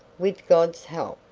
with god's help,